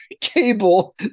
cable